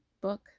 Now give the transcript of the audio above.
book